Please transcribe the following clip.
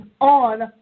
on